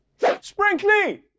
Sprinkly